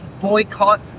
boycott